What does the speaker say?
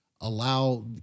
allow